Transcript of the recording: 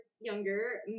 younger